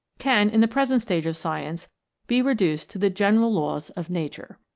can in the present stage of science be reduced to the general laws of nature.